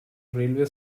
railway